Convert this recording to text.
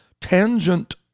tangent